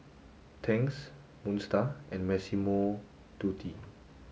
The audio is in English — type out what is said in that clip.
Tangs Moon Star and Massimo Dutti